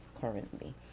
currently